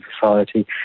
society